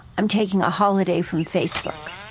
i'm taking a holiday from facebook